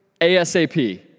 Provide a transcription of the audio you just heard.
ASAP